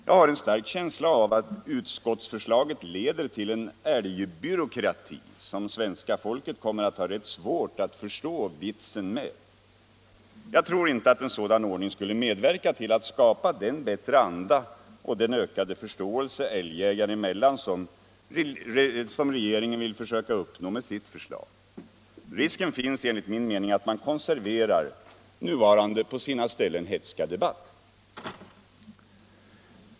Jag har en stark känsla av att utskottsförslaget leder till en älgbyråkrati som svenska folket kommer att ha rätt svårt att förstå vitsen med. Jag tror inte att en sådan ordning skulle medverka till att skapa den bättre anda och den ökade förståelse älgjägare emellan som regeringen vill försöka uppnå med sitt förslag. Risken finns enligt min mening att man konserverar nuvarande på sina ställen hätska debatt.